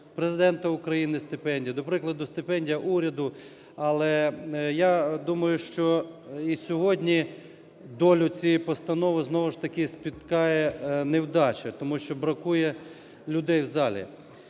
Президента України стипендія, до прикладу, стипендія уряду. Але я думаю, що і сьогодні долю цієї постанови знову ж таки спіткає невдача. Тому що бракує людей в залі.